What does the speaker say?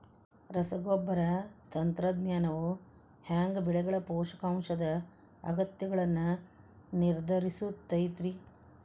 ರಸಗೊಬ್ಬರ ತಂತ್ರಜ್ಞಾನವು ಹ್ಯಾಂಗ ಬೆಳೆಗಳ ಪೋಷಕಾಂಶದ ಅಗತ್ಯಗಳನ್ನ ನಿರ್ಧರಿಸುತೈತ್ರಿ?